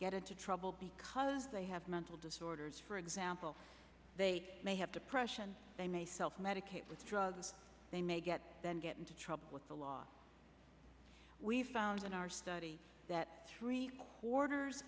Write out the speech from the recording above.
get into trouble because they have mental disorders for example they may have depression they may self medicate with drugs they may get then get into trouble with the law we've found in our study that three quarters